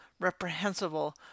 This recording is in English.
reprehensible